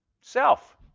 Self